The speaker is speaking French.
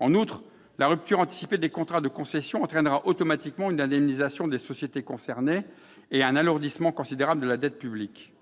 En outre, la rupture anticipée des contrats de concession entraînerait automatiquement une indemnisation des sociétés concernées et un alourdissement considérable de la dette publique.